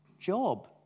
job